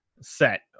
set